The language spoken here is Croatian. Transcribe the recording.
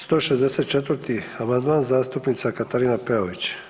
164. amandman, zastupnica Katarina Peović.